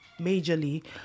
majorly